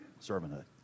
servanthood